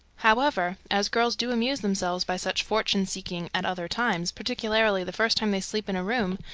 however, as girls do amuse themselves by such fortune-seeking at other times, particularly the first time they sleep in a room,